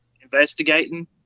investigating